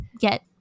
get